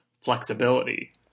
flexibility